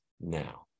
now